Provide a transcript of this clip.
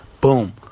Boom